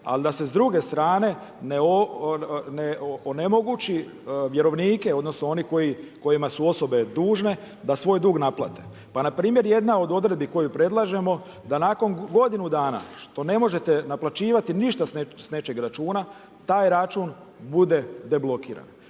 ali da se s druge strane ne onemogući vjerovnike, odnosno one kojima su osobe dužne da svoj dug naplate. Pa npr. jedna od odredbi koju predlažemo da nakon godina dana što ne možete naplaćivati ništa s nečijeg računa, taj račun bude deblokiran.